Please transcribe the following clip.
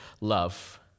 love